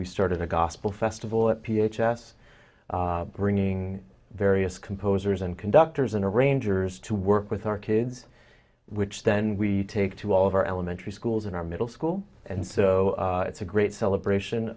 we started a gospel festival at p h s bringing various composers and conductors and arrangers to work with our kids which then we take to all of our elementary schools and our middle school and so it's a great celebration